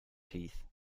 teeth